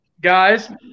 guys